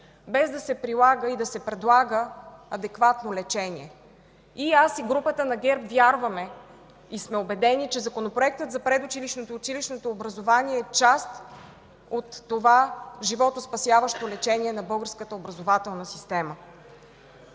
без да се предлага и прилага адекватно лечение. И аз, и групата на ГЕРБ вярваме и сме убедени, че Законопроектът за предучилищното и училищното образование е част от това животоспасяващо лечение на българската образователна система.